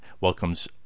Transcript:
welcomes